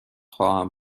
خواهم